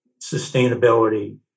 sustainability